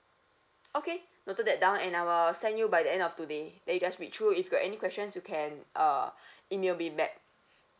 okay noted that down and I will send you by the end of today then you just read through if you got any questions you can uh email me back